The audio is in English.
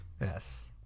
Yes